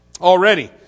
already